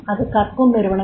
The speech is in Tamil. அது கற்கும் நிருவனங்கள்